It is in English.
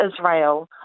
Israel